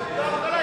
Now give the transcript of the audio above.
עוני ואבטלה,